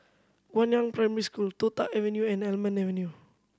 Guangyang Primary School Toh Tuck Avenue and Almond Avenue